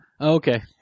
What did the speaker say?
Okay